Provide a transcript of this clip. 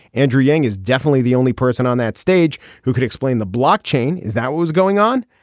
andrew yang is definitely the only person on that stage who could explain the block chain. is that what was going on.